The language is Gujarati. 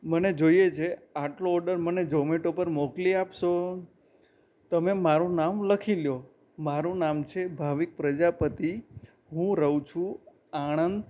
મને જોઈએ છે આટલો ઓર્ડર મને ઝોમેટો પર મોકલી આપશો તમે મારું નામ લખી લો મારું નામ છે ભાવિક પ્રજાપતિ હું રહું છું આણંદ